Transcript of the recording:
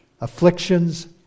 afflictions